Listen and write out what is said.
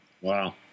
Wow